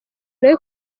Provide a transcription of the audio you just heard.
nawe